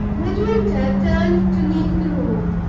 midwinter turned to leave the room,